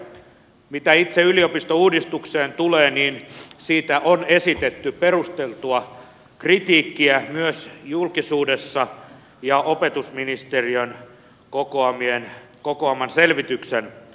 mitä itse yliopistouudistukseen tulee niin siitä on esitetty perusteltua kritiikkiä myös julkisuudessa ja opetusministeriön kokoaman selvityksen kautta